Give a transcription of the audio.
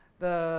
the